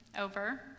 over